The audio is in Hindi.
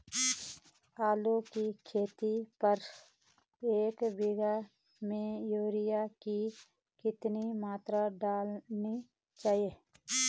आलू की खेती पर एक बीघा में यूरिया की कितनी मात्रा डालनी चाहिए?